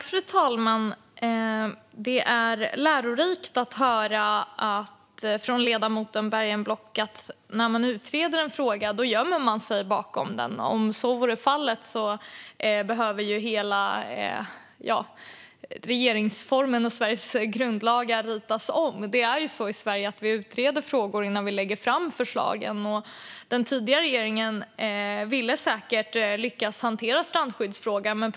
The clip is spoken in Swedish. Fru talman! Det är lärorikt att höra från ledamoten Bergenblock att när man utreder en fråga, då gömmer man sig bakom utredningen. Om så vore fallet skulle hela regeringsformen och Sveriges grundlagar behöva skrivas om. Det är ju så i Sverige att vi utreder frågor innan vi lägger fram förslag. Den tidigare regeringen ville säkert lyckas hantera strandskyddsfrågan.